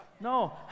No